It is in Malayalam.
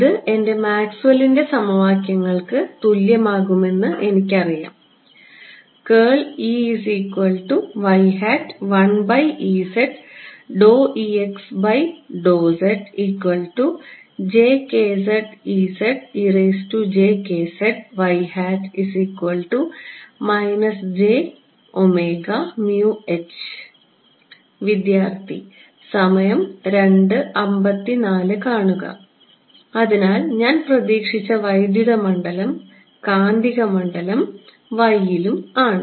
ഇത് എന്റെ മാക്സ്വെല്ലിന്റെ സമവാക്യങ്ങൾക്ക് തുല്യമാകുമെന്ന് എനിക്കറിയാം അതിനാൽ ഞാൻ പ്രതീക്ഷിച്ച വൈദ്യുത മണ്ഡലം ദിശയിലും കാന്തിക മണ്ഡലം ലും ആണ്